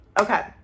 Okay